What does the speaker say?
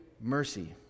mercy